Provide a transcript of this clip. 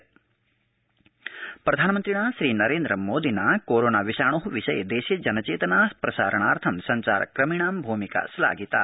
प्रधानमन्त्री कोरोना प्रधानमन्त्रिणा श्रीनरेन्द्रमोदिना कोरोना विषाणो विषये देशे जनचेतना प्रसारणार्थं संचारकर्मिणां भूमिका श्लाघिता